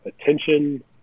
attention